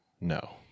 no